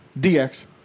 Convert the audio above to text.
DX